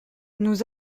nous